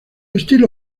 estilo